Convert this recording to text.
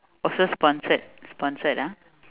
also sponsored sponsored ah